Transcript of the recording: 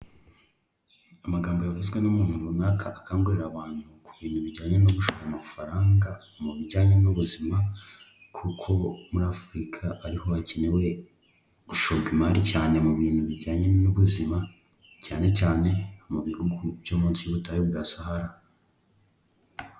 Amagambo yavuzwe n'umuntu runaka akangurira abantu ku bintu bijyanye no gushora amafaranga mu bijyanye n'ubuzima, kuko muri afurika ariho hakenewe gushora imari cyane mu bintu bijyanye n'ubuzima, cyane cyane mu bihugu byo munsi y'ubutayu bwa sahara.